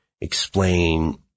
explain